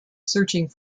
searching